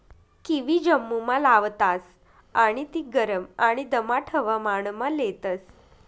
kiwi जम्मुमा लावतास आणि ती गरम आणि दमाट हवामानमा लेतस